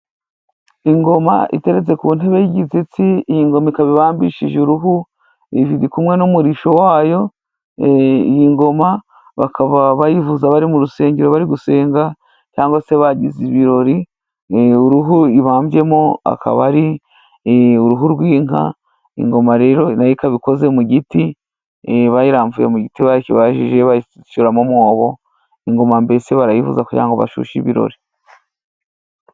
Ingoma iteretse ku ntebe y'igishyitsi iyigoma ikababambishije uruhu, iri kumwe n'umurishyo wayo, iyi ngoma bakaba bayivuza bari mu rusengero bari gusenga cyangwa se bagize ibirori. Uruhu ibambyemo akaba ari uruhu rw'inka. Ingoma rero nayo ikaba ikoze mu giti, bayiramvuye mu giti, bakibajije bayicukuramo umwobo, ingoma mbese barayivuza kugira ngo bashyushe ibirori.